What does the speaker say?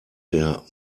der